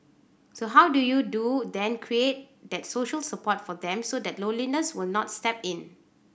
so how do you do then create that social support for them so that loneliness will not step in